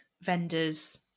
vendors